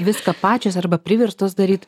viską pačios arba priverstos daryt